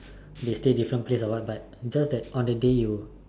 they stay different place or what but just that on that day you